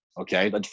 Okay